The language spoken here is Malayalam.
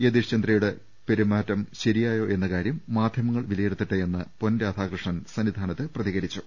യതീ ഷ്ചന്ദ്രയുടെ പെരുമാറ്റം ശരിയായോ എന്ന കാര്യം മാധ്യമങ്ങൾ വില യിരുത്തട്ടെയെന്ന് പൊൻ രാധാകൃഷ്ണൻ സന്നിധാനത്ത് പ്രതികരി ച്ചു